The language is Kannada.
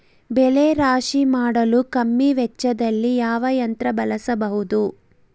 ಬೆಳೆ ರಾಶಿ ಮಾಡಲು ಕಮ್ಮಿ ವೆಚ್ಚದಲ್ಲಿ ಯಾವ ಯಂತ್ರ ಬಳಸಬಹುದು?